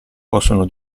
possono